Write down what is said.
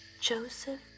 Joseph